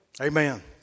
Amen